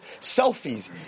Selfies